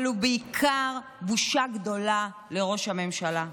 אבל הוא בעיקר בושה גדולה לראש הממשלה.